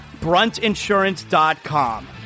Bruntinsurance.com